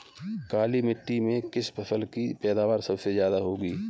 काली मिट्टी में किस फसल की पैदावार सबसे ज्यादा होगी?